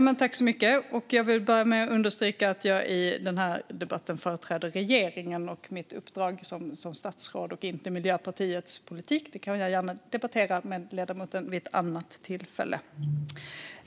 Fru talman! Jag vill börja med att understryka att jag i den här debatten företräder regeringen. Jag är här i mitt uppdrag som statsråd och inte för att föra fram Miljöpartiets politik. Den kan jag gärna debattera med ledamoten vid ett annat tillfälle.